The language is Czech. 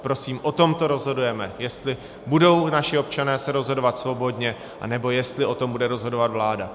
Prosím, o tomto rozhodujeme, jestli budou naši občané se rozhodovat svobodně, anebo jestli o tom bude rozhodovat vláda.